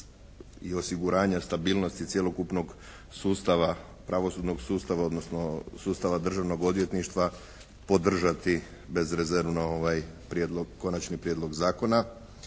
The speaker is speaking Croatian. i osiguranja stabilnosti cjelokupnog sustava, pravosudnog sustava odnosno sustava državnog odvjetništva podržati bezrezervno ovaj konačni prijedlog zakona